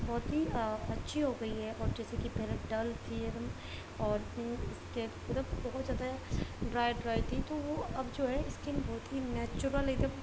بہت ہی اچھی ہوگئی ہے اور جیسے کہ پہلے ڈل تھی ایک دم اور مطلب بہت زیادہ ڈرائی ڈرائی تھی تو وہ اب جو ہے اسکن بہت ہی نیچرل ایک دم